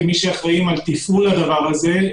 כמי שאחראים על תפעול הדבר הזה,